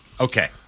Okay